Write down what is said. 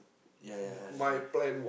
ya ya that's why